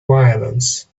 violence